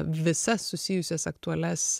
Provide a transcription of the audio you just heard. visas susijusias aktualias